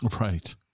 Right